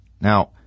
Now